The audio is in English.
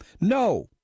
No